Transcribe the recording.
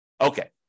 Okay